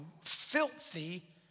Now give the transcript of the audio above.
filthy